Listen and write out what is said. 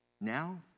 now